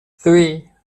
three